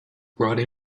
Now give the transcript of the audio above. brought